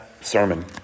sermon